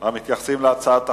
המתייחסים להצעת החוק.